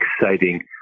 exciting